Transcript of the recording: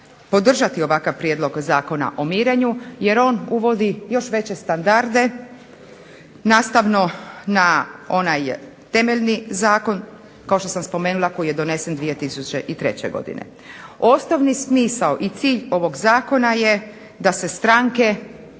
podržati ovakav Prijedlog zakona o mirenju jer on uvodi još veće standarde nastavno na onaj temeljni zakon kao što sam spomenula koji je donesen 2003. godine. Osnovni smisao i cilj ovog Zakona je da se stranke